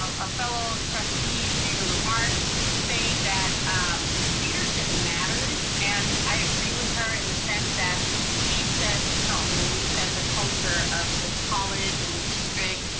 ah a fellow trustee made remark saying that leadership matters. and i agree with her in a sense that we set the tone, and we set the culture of the college and the district.